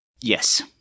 Yes